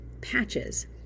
patches